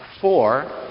four